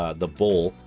ah the bowl,